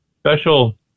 special